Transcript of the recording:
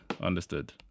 understood